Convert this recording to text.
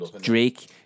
drake